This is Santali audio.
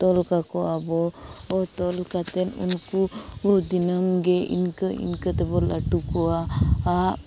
ᱛᱚᱞ ᱠᱟᱠᱚᱣᱟ ᱵᱚ ᱛᱚᱞ ᱠᱟᱛᱮᱫ ᱩᱱᱠᱩ ᱠᱚ ᱫᱤᱱᱟᱹᱢ ᱜᱮ ᱤᱱᱠᱟᱹ ᱤᱱᱠᱟᱹ ᱛᱮᱵᱚ ᱞᱟᱹᱴᱩ ᱠᱚᱣᱟ ᱟᱨ